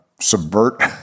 subvert